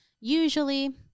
Usually